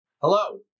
Hello